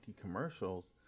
commercials